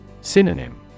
Synonym